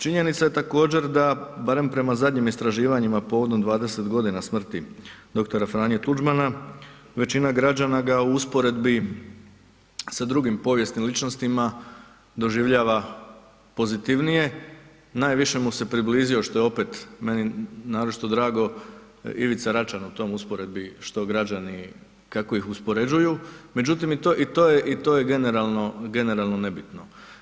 Činjenica je da također da barem prema zadnjim istraživanjima povodom 20 g. smrti dr. Franje Tuđmana većina građana ga u usporedbi sa drugim povijesnim ličnostima doživljava pozitivnije, najviše mu se približio što je opet meni naročito drago, Ivica Račan u toj usporedbi što građani kako ih uspoređuju, međutim i to je generalno nebitno.